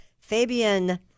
Fabian